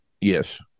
Yes